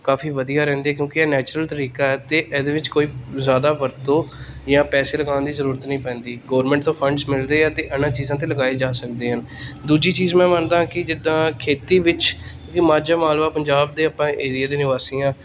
ਕਾਫ਼ੀ ਵਧੀਆ ਰਹਿੰਦੇ ਕਿਉਂਕਿ ਇਹ ਨੈਚੁਰਲ ਤਰੀਕਾ ਅਤੇ ਇਹਦੇ ਵਿੱਚ ਕੋਈ ਜ਼ਿਆਦਾ ਵਰਤੋਂ ਜਾਂ ਪੈਸੇ ਲਗਾਉਣ ਦੀ ਜ਼ਰੂਰਤ ਨਹੀਂ ਪੈਂਦੀ ਗੌਰਮੈਂਟ ਤੋਂ ਫੰਡਸ ਮਿਲਦੇ ਆ ਅਤੇ ਇਹਨਾਂ ਚੀਜ਼ਾਂ 'ਤੇ ਲਗਾਏ ਜਾ ਸਕਦੇ ਹਨ ਦੂਜੀ ਚੀਜ਼ ਮੈਂ ਮੰਨਦਾ ਕਿ ਜਿੱਦਾਂ ਖੇਤੀ ਵਿੱਚ ਮਾਝਾ ਮਾਲਵਾ ਪੰਜਾਬ ਦੇ ਆਪਾਂ ਏਰੀਏ ਦੇ ਨਿਵਾਸੀ ਹਾਂ